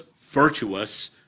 virtuous